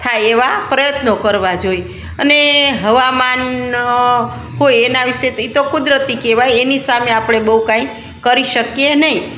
થાય એવા પ્રયત્નો કરવા જોઈ અને હવામાન હોય એના વિષે ઇ તો કુદરતી કહેવાય એની સામે આપણે બહુ કાંઈ કરી શકીએ નહીં